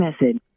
message